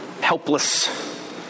helpless